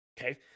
okay